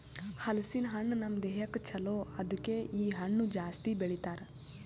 ಹಲಸಿನ ಹಣ್ಣು ನಮ್ ದೇಹಕ್ ಛಲೋ ಅದುಕೆ ಇ ಹಣ್ಣು ಜಾಸ್ತಿ ಬೆಳಿತಾರ್